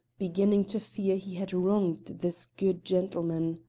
beginning to fear he had wronged this good gentleman.